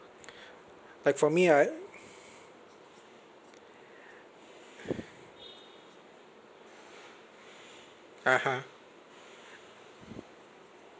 like for me I (uh huh)